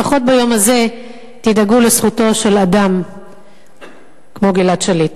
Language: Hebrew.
לפחות ביום הזה תדאגו לזכותו של אדם כמו גלעד שליט.